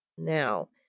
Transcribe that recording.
now,